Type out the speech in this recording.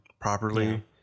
properly